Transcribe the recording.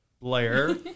Blair